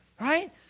right